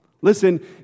Listen